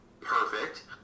perfect